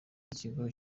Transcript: n’ikigo